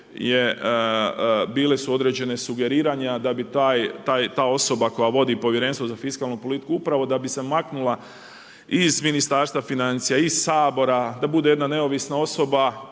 bile su određena sugeriranja da ta osoba koja vodi povjerenstvo za fiskalnu politiku, upravo da bi se maknula iz Ministarstva financija, iz Sabora, da bude jedna neovisna osoba,